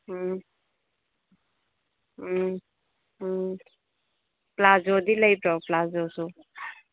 ꯎꯝ ꯎꯝ ꯎꯝ ꯄꯂꯥꯖꯣꯗꯤ ꯂꯩꯇ꯭ꯔꯣ ꯄꯂꯥꯖꯣꯁꯨ